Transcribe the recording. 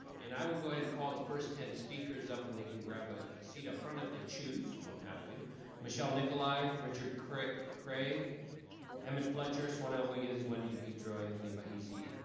and i will go ahead and call the first ten speakers up and they can grab a seat up front if they choose. you don't have to michelle nikolai richard craig, emmett fletcher, swana wiggins wendy dipietro. anthony bahezy,